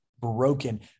broken